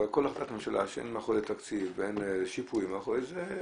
אבל כל החלטת ממשלה שאין מאחוריה תקציב ואין שיפויים מאחורי זה,